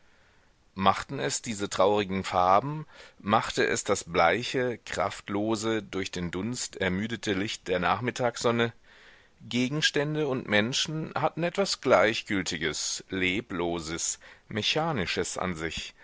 machten es diese traurigen farben machte es das bleiche kraftlose durch den dunst ermüdete licht der nachmittagssonne gegenstände und menschen hatten etwas gleichgültiges lebloses mechanisches an sich